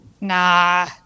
Nah